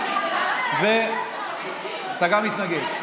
גם אתה מתנגד,